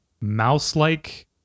mouse-like